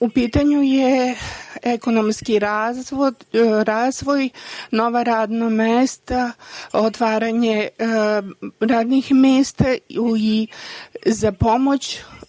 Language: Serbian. U pitanju je ekonomski razvoj, nova radna mesta, otvaranje radnih mesta i za pomoć